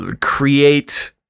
create